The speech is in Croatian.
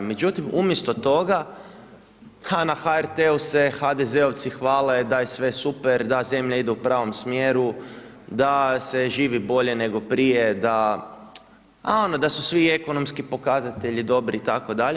Međutim, umjesto toga, ha, na HRT-u se HDZ-ovci hvale da je sve super, da zemlja ide u pravom smjeru, da se živi bolje nego prije, da, a ono da su svi ekonomski pokazatelji dobri itd.